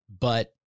but-